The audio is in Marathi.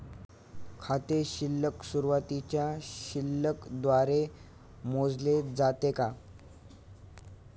खाते शिल्लक सुरुवातीच्या शिल्लक द्वारे मोजले जाते का?